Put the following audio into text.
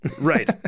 right